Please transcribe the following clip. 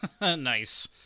Nice